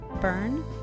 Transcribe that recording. Burn